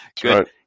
Good